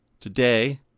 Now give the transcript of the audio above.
Today